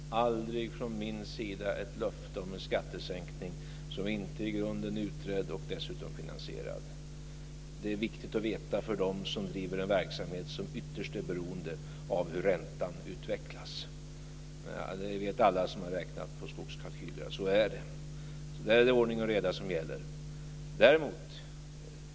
Fru talman! Aldrig från min sida ett löfte om en skattesänkning som inte i grunden är utredd och dessutom finansierad. Det är viktigt att veta för dem som driver en verksamhet som ytterst är beroende av hur räntan utvecklas. Alla som har räknat på skogskalkyler vet att det är så. Där är det ordning och reda som gäller.